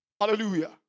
Hallelujah